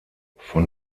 von